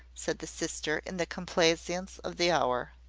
said the sister, in the complaisance of the hour.